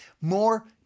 more